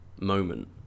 moment